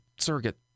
surrogate